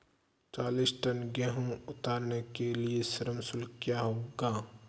चालीस टन गेहूँ उतारने के लिए श्रम शुल्क क्या होगा?